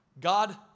God